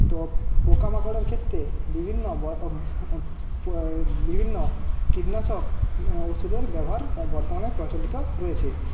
তো পোকামাকড়ের ক্ষেত্রে বিভিন্ন বিভিন্ন কীটনাশক ওষুধের ব্যবহার বর্তমানে প্রচলিত রয়েছে